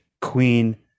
queen